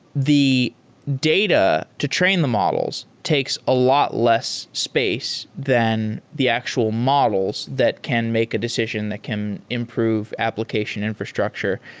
the data to train the models takes a lot less space than the actual models that can make a decision that can improve application infrastructure.